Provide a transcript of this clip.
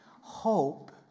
Hope